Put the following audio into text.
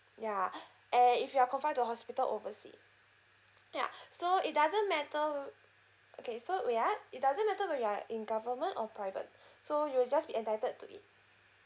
ya and if you're confined to hospital oversea ya so it doesn't matter okay so wait ah it doesn't matter when you're in government or private so you'll just be entitled to it